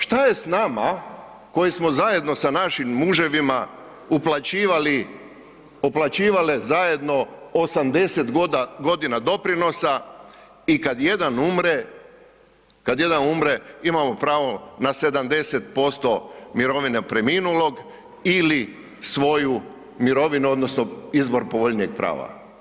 Šta je s nama koji smo zajedno sa našim muževima uplaćivali, uplaćivale zajedno 80.g. doprinosa i kad jedan umre, kad jedan umre imamo pravo na 70% mirovine preminulog ili svoju mirovinu odnosno izbor povoljnijeg prava.